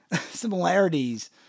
similarities